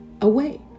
away